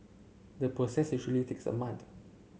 the process usually takes a month